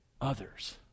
Others